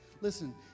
listen